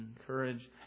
encourage